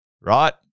right